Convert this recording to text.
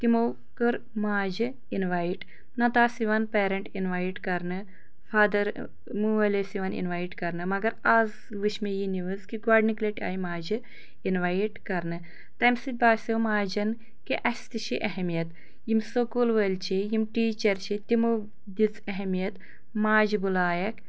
تِمو کٔر ماجہِ اِنوایِٹ نتہٕ آسہٕ یِوان پیرینٛٹ اِنوایٹ کَرنہٕ فادر مٲلۍ ٲسۍ یِوان اِنوایِٹ کَرنہٕ مَگر اَز وُچھ مےٚ یہِ نیؤز کہِ گۄڈٕنِکۍ لَٹہِ آیہِ ماجہِ اِنوایِٹ کَرنہٕ تَمہِ سۭتۍ باسٮ۪و ماجٮ۪ن کہِ اَسہِ تہِ چھِ اہمِیت یِم سکوٗل وٲلۍ چھِ یِم ٹیٖچر چھِ تِمَو دِژ اہمِیت ماجہِ بُلایَکھ